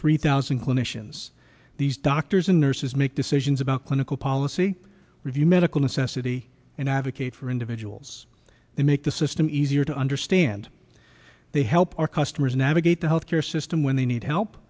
three thousand clinicians these doctors and nurses make decisions about clinical policy review medical necessity and advocate for individuals that make the system easier to understand they help our customers navigate the healthcare system when they need help